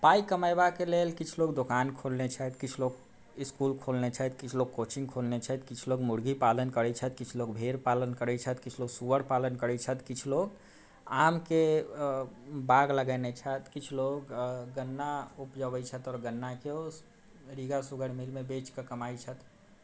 पाय कमयबाके लेल किछु लोक दुकान खोलने छथि किछु लोक इसकुल खोलने छथि किछु लोक कोचिङ्ग खोलने छथि किछु लोक मुर्गी पालन करैत छथि किछु लोक भेड़ पालन करैत छथि किछु लोक सूअर पालन करैत छथि किछु लोक आमके बाग लगयने छथि किछु लोक गन्ना उपजबय छथि आओर गन्नाके ओ रीगा सूगर मिलमे बेचके कमाइत छथि